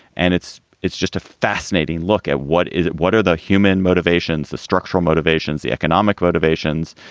and it's it's just a fascinating look at what is it? what are the human motivations, the structural motivations, the economic motivations,